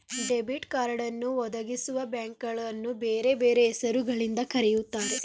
debit ಕಾರ್ಡನ್ನು ಒದಗಿಸುವಬ್ಯಾಂಕ್ಗಳನ್ನು ಬೇರೆ ಬೇರೆ ಹೆಸರು ಗಳಿಂದ ಕರೆಯುತ್ತಾರೆ